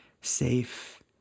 safe